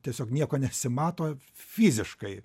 tiesiog nieko nesimato fiziškai